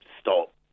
stop